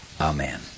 Amen